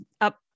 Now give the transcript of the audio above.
up